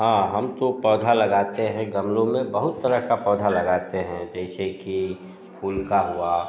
हाँ हम तो पौधा लगाते हैं गमलो में बहुत तरह का पौधा लगाते हैं जैसे कि फूल का हुआ